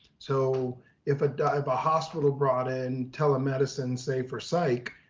so if ah if a hospital brought in telemedicine, say for psych,